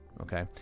Okay